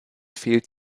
fehlt